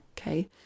okay